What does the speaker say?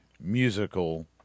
musical